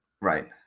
Right